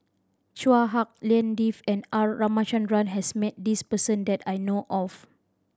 Chua Hak Lien Dave and R Ramachandran has met this person that I know of